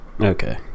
okay